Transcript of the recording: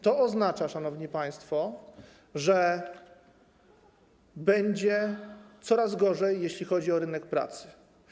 To oznacza, szanowni państwo, że będzie coraz gorzej, jeśli chodzi o rynek pracy.